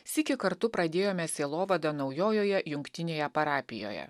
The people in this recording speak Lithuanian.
sykį kartu pradėjome sielovadą naujojoje jungtinėje parapijoje